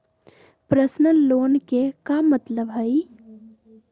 Personal loan के का मतलब हई?